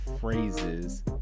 phrases